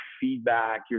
feedback